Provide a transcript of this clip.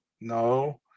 No